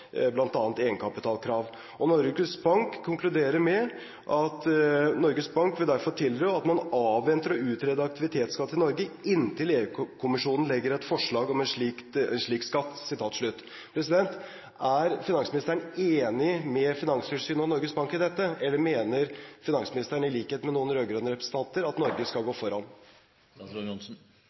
bl.a. egenkapitalkrav. Og Norges Bank konkluderer med: «Norges Bank vil derfor tilrå at man avventer å utrede en aktivitetsskatt i Norge inntil EU-kommisjonen legger fram et forslag til en slik skatt.» Er finansministeren enig med Finanstilsynet og Norges Bank i dette, eller mener finansministeren, i likhet med noen rød-grønne representanter, at Norge skal gå foran?